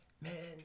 man